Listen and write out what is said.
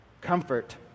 comfort